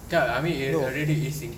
kan I mean already is sinking